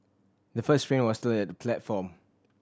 the first train was still at the platform